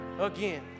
again